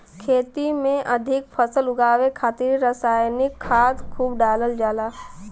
खेती में अधिक फसल उगावे खातिर रसायनिक खाद खूब डालल जाला